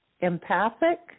empathic